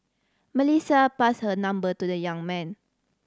Melissa passed her number to the young man